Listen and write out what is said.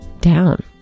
down